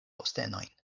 postenojn